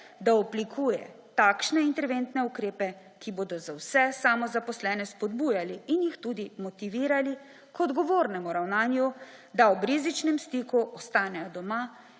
da oblikuje takšne interventne ukrepe, ki bodo za vse samozaposlene spodbujali in jih tudi motivirali k odgovornemu ravnanju, da ob rizičnem stiku ostanejo doma